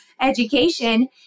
education